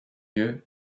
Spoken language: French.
lieu